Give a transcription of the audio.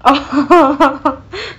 oh